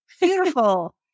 beautiful